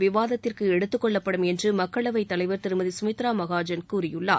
விவாதத்திற்கு எடுத்துக்கொள்ளப்படும் என்று மக்களவைத்தலைவர் திருமதி சுமித்ரா மகாஜன் கூறியுள்ளார்